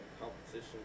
competition